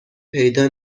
پیدا